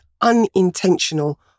unintentional